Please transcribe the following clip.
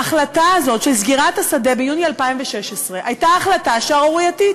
ההחלטה הזאת על סגירת השדה ביוני 2016 הייתה החלטה שערורייתית.